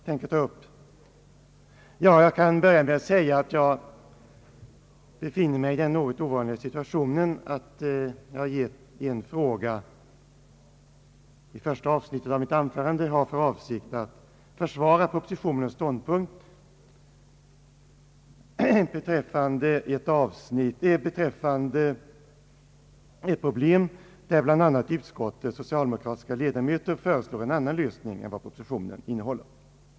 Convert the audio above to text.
Herr talman! Jag befinner mig i den något ovanliga situationen att jag i första avsnittet av mitt anförande har för avsikt att försvara propositionens ståndpunkt beträffande en fråga, där bi. a. utskottets socialdemokratiska 1edamöter föreslår en annan lösning än den propositionen innehåller.